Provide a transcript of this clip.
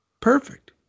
Perfect